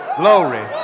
glory